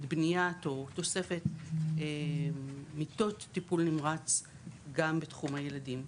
בנית או תוספת מיטות טיפול נמרץ גם בתחום הילדים.